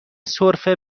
سرفه